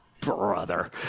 Brother